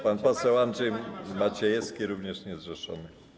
Pan poseł Andrzej Maciejewski, również niezrzeszony.